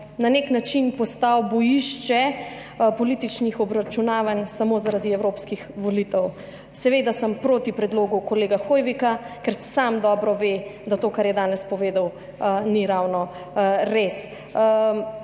na nek način postal bojišče političnih obračunavanj samo zaradi evropskih volitev. Seveda sem proti predlogu kolega Hoivika, ker sam dobro ve, da to, kar je danes povedal, ni ravno res.